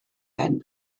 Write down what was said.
pen